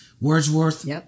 Wordsworth